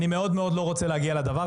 אני מאוד מאוד לא רוצה להגיע לזה.